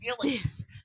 feelings